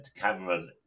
Cameron